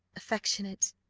affectionate,